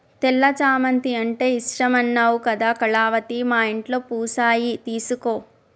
తెల్ల చామంతి అంటే ఇష్టమన్నావు కదా కళావతి మా ఇంట్లో పూసాయి తీసుకో